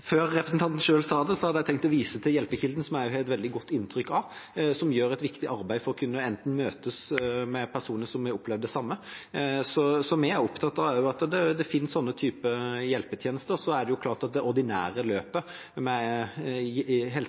tenkt å vise til Hjelpekilden, som jeg også har et veldig godt inntrykk av, som gjør et viktig arbeid for at man kan møte personer som har opplevd det samme. Vi er også opptatt av at det finnes den typen hjelpetjenester, og så er det klart at det ordinære løpet med helsetjenester også er ekstremt viktig for dem. Men jeg tror at det lovverket som i